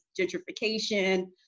gentrification